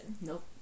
Nope